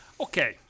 Okay